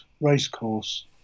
Racecourse